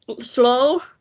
slow